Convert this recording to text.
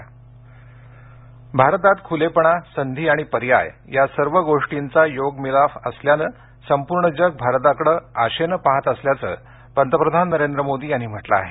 पंतप्रधान भारतात खूलेपणा संधी आणि पर्याय या सर्व गोष्टींचा योग मिलाफ असल्यानं संपूर्ण जग भारताकडे आशेनं पाहात असल्याचं पंतप्रधान नरेंद्र मोदी यांनी म्हटलं आहे